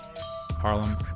Harlem